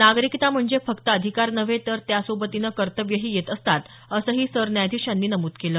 नागरिकता म्हणजे फक्त अधिकार नव्हे तर त्यासोबतीनं कर्तव्यही येत असतात असंही सरन्यायाधीशांनी नमूद केलं